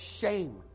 shame